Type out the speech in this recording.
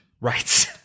rights